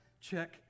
check